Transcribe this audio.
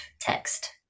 text